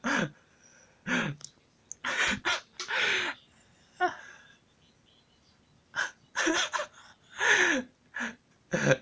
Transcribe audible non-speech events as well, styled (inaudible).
(laughs)